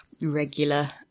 regular